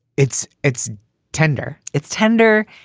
it's. it's tender. it's tender.